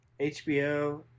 HBO